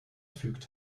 fügt